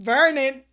Vernon